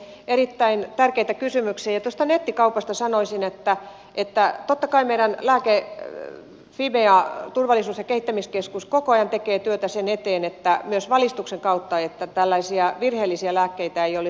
erittäin tärkeitä kysymyksiä ja tuosta nettikaupasta sanoisin että totta kai meidän lääkealan turvallisuus ja kehittämiskeskus fimea koko ajan tekee työtä sen eteen myös valistuksen kautta että tällaisia virheellisiä lääkkeitä ei olisi liikkeellä